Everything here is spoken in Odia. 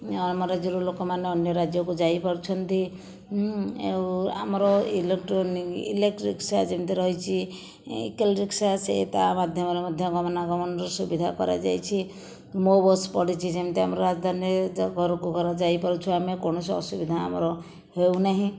ଆମ ରାଜ୍ୟରୁ ଲୋକମାନେ ଅନ୍ୟ ରାଜ୍ୟକୁ ଯାଇପାରୁଛନ୍ତି ଆଉ ଆମର ଇଲେକ୍ଟ୍ରୋନିକ୍ ଇଲେକ୍ଟ୍ରିକ୍ ରିକ୍ସା ଯେମିତି ରହିଛି ରିକ୍ସା ତା' ମାଧ୍ୟମରେ ମଧ୍ୟ ଗମନାଗମନର ସୁବିଧା କରାଯାଇଛି ମୋ' ବସ୍ ପଡ଼ିଛି ଯେମିତି ଆମର ରାଜଧାନୀ ଘରକୁ ଘର ଯାଇପାରୁଛୁ ଆମେ କୌଣସି ଅସୁବିଧା ଆମର ହେଉନାହିଁ